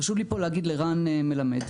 חשוב לי פה להגיד לרן מלמד,